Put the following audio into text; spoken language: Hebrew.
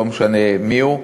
לא משנה מי הוא.